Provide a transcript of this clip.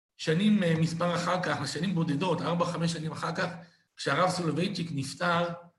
שנים מספר אחר כך, לשנים בודדות, 4-5 שנים אחר כך, כשהרב סולוביצ'יק נפטר